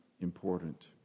important